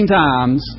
times